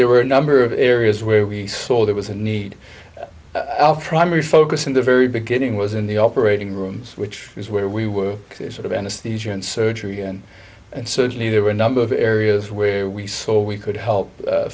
there were a number of areas where we saw there was a need alf primary focus in the very beginning was in the operating rooms which is where we were sort of anaesthesia and surgery and and certainly there were a number of areas where we saw we could help